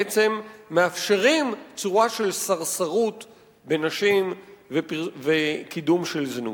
בעצמם הינם צורה של סרסרות בנשים וקידום של זנות.